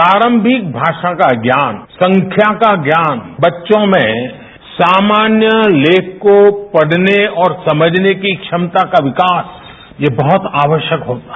प्रारंभिक भाषा का ज्ञान संख्या का ज्ञान बच्चों में सामान्य लेख को पढ़ने और समझने की क्षमता का विकास यह बहुत आवश्यक होता है